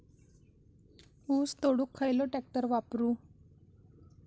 ऊस तोडुक खयलो ट्रॅक्टर वापरू?